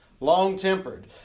long-tempered